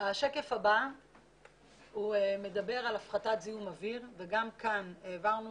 השקף הבא מדבר על הפחתת זיהום אוויר וגם כאן העברנו